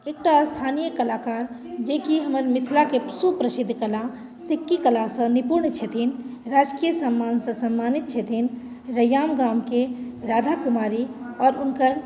एकटा स्थानीय कलाकार जे कि हमर मिथिलाके सुप्रसिद्ध कला सिक्की कलासँ निपुण छथिन राजकीय सम्मानसँ सम्मानित छथिन रैयाम गामके राधा कुमारी आओर हुनकर